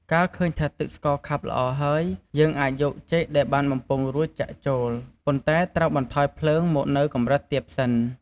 កាលឃើញថាទឹកស្ករខាប់ល្អហើយ យើងអាចយកចេកដែលបានបំពងរួចចាក់ចូល ប៉ុន្តែត្រូវបន្ថយភ្លើងមកនៅកម្រិតទាបសិន។